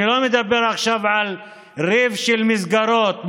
אני לא מדבר עכשיו על ריב של מסגרות,